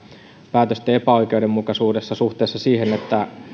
päätösten epäoikeudenmukaisuudesta suhteessa siihen